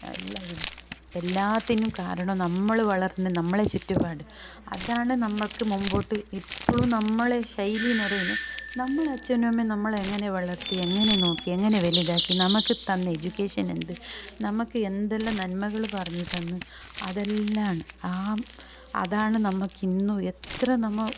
എല്ലാത്തിനും കാരണം നമ്മൾ വളർന്ന നമ്മളെ ചുറ്റുപാട് അതാണ് നമുക്ക് മുമ്പോട്ട് ഇപ്പോളും നമ്മളെ ശൈലി എന്ന് പറയുന്നത് നമ്മള അച്ഛനും അമ്മയും നമ്മളെ എങ്ങനെ വളർത്തി എങ്ങനെ നോക്കി എങ്ങനെ വലുതാക്കി നമുക്ക് തന്ന എഡ്യൂക്കേഷൻ എന്ത് നമുക്ക് എന്തെല്ലാം നന്മകൾ പറഞ്ഞ് തന്നു അതെല്ലാമാണ് ആ അതാണ് നമുക്കിന്ന് എത്ര നമ്മൾ